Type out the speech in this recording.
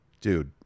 dude